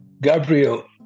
Gabriel